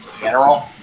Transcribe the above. general